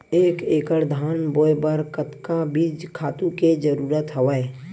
एक एकड़ धान बोय बर कतका बीज खातु के जरूरत हवय?